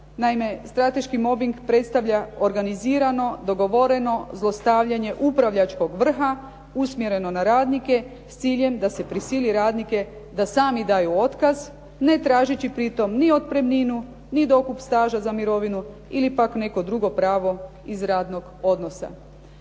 Naime strateški mobing predstavlja organizirano, dogovoreno zlostavljanje upravljačkog vrha usmjereno na radnike s ciljem da se prisili radnike da sami daju otkaz, ne tražeći pri tome ni otpremninu, ni otkup staža za mirovinu ili pak neko drugo pravo iz radnog odnosa.